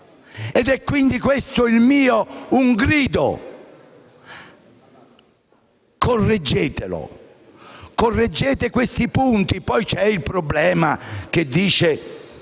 Ed è quindi questo mio un grido: correggetelo! Correggete questi punti. Poi c'è il problema anticipato